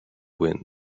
wind